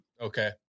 Okay